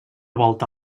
volta